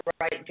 right